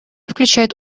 включает